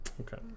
Okay